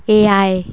ᱮᱭᱟᱭ